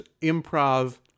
improv